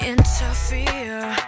Interfere